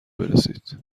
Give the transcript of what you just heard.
برسید